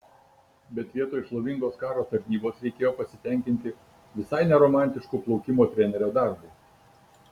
bet vietoj šlovingos karo tarnybos reikėjo pasitenkinti visai ne romantišku plaukimo trenerio darbu